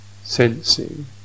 sensing